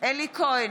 אלי כהן,